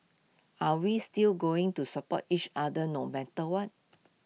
are we still going to support each other no matter what